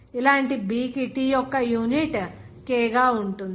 ఇలాంటి B కి T యొక్క యూనిట్ K ఉంటుంది